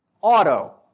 auto